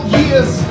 years